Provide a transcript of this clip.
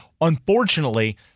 unfortunately